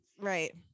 right